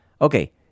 okay